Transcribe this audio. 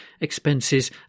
expenses